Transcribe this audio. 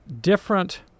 different